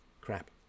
crap